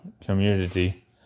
community